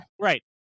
Right